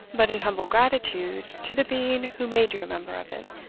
but in humble gratitude to the being who made you a member of it,